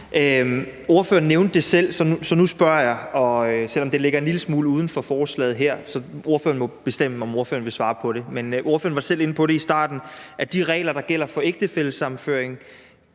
Ordføreren nævnte det selv, som nu spørger jeg til det, selv om det ligger en lille smule uden for forslaget her. Så ordføreren må bestemme, om ordføreren vil svare på det. Men ordføreren var selv inde på det i starten, nemlig at de regler, der gælder for ægtefællesammenføring,